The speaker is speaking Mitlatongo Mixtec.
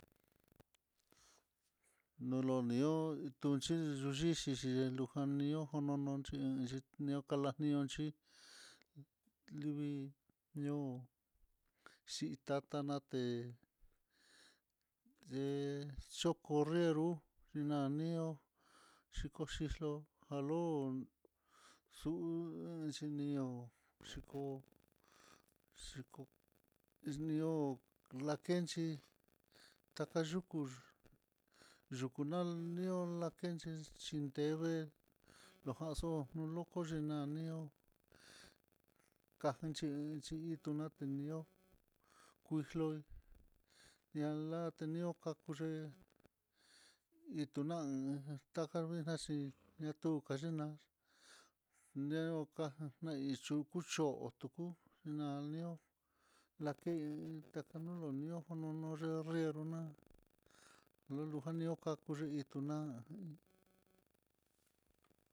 Nolonio lunxhi yixhi jalio jonononchí, xhinio kalaniunchí livii ñoo xhitata naté, ye'e xhikonrer hú xhiná nió xhiko xhixló jalo'o xu'u, xhinió xhiko xhiko exnió lakenchí, takayuku yuku nalio lakenxhi, xhindede laxo lolokó xhina'a lanió ka nchi, itunanió kuxló ñalatye lió ja'á kux tunán kajamina xhí ñatuja xhiná neuka já naichó kucho tuku c nió naken taka lolonioja nono yerrero, na'a luluja ni'ó nakuxhino na'á.